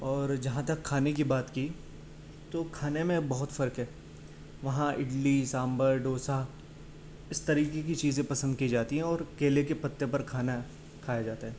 اور جہاں تک کھانے کی بات کی تو کھانے میں بہت فرق ہے وہاں اِڈلی سامبر ڈوسا اس طریقے کی چیزیں پسند کی جاتی ہیں اور کیلے کے پتے پر کھانا کھایا جاتا ہے